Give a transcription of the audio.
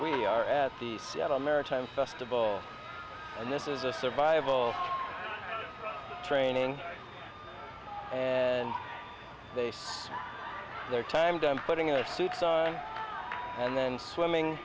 we are at the seattle maritime festival and this is a survival training and their time down putting our suits on and then swimming